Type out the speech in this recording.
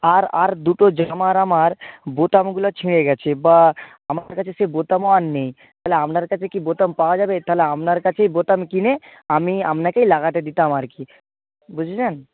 আর আর দুটো জামার আমার বোতামগুলা ছিঁড়ে গেছে বা আমার কাছে সে বোতামও আর নেই তাহলে আপনার কাছে কি বোতাম পাওয়া যাবে তাহলে আপনার কাছেই বোতাম কিনে আমি আপনাকেই লাগাতে দিতাম আর কি বুঝলেন